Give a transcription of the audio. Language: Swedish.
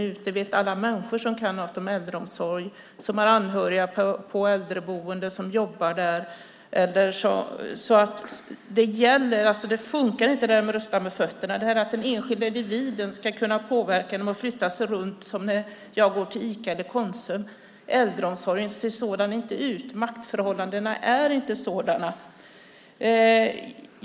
Det vet alla människor som kan något om äldreomsorg, som har anhöriga på äldreboende eller som jobbar där. Det fungerar inte, det där att rösta med fötterna, alltså det där att den enskilda individen ska kunna påverka genom att flytta sig runt som när jag går till Ica eller Konsum. Äldreomsorgen ser inte så ut. Maktförhållandena är inte sådana.